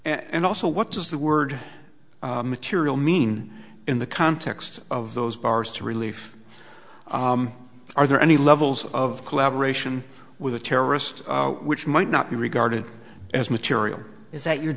and also what does the word material mean in the context of those bars to relief are there any levels of collaboration with a terrorist which might not be regarded as material is that your